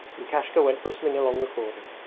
lukashka went whistling along the cordon.